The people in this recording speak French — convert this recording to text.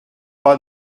pas